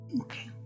Okay